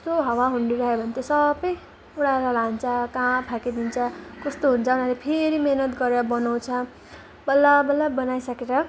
यस्तो हावा हुन्डरी आयो भने चाहिँ सबै उढाएर लान्छ कहाँ फ्याँकिदिन्छ कस्तो हुन्छ उनीहरूले फेरि मेहनत गरेर बनाउँछ बल्ल बल्ल बनाइसकेर